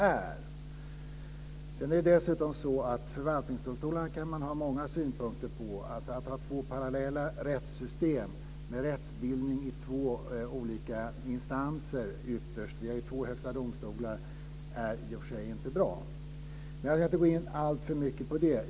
Dessutom kan man ha många synpunkter på förvaltningsdomstolarna. Att alltså ha två parallella rättssystem, med rättsbildning ytterst i två olika instanser - vi har ju två högsta domstolar - är i och för sig inte bra. Men jag ska inte gå in alltför mycket på det.